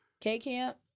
K-Camp